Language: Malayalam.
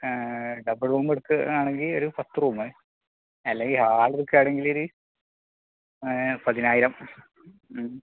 ഡബിൾ റൂം എടുക്കുവാണെങ്കിൽ ഒര് പത്ത് റൂമ് അല്ലെങ്കിൽ ഹാൾ എടുക്കുവാണെങ്കിൽ ഒരു പതിനായിരം ഉം